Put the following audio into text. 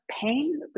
pain